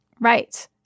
Right